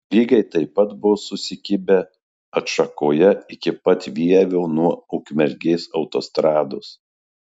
lygiai taip pat buvo susikibę atšakoje iki pat vievio nuo ukmergės autostrados